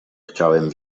chciałem